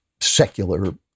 secular